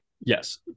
Yes